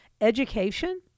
Education